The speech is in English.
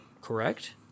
correct